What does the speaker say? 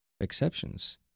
exceptions